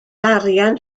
arian